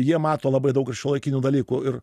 jie mato labai daug ir šiuolaikinių dalykų ir